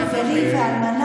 שרייך שוררים וְחַבְרֵי גנבים.